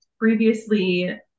Previously